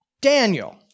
Daniel